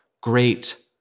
great